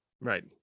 Right